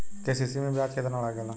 KCC में ब्याज कितना लागेला?